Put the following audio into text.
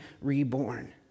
reborn